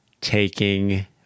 taking